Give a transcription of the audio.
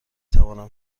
توانم